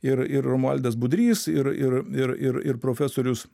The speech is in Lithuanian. ir ir romualdas budrys ir ir ir ir ir profesorius